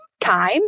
time